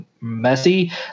messy